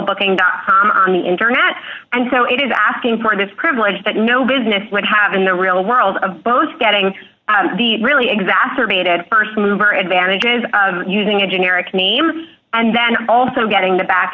booking on the internet and so it is asking for this privilege that no business would have in the real world of both getting the really exacerbated st mover advantage is using a generic name and then also getting the back